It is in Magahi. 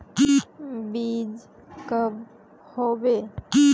बीज कब होबे?